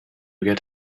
get